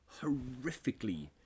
horrifically